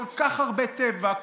כל כך הרבה טבע,